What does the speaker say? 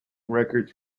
records